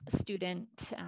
Student